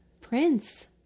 Prince